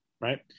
Right